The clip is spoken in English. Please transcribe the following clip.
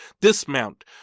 dismount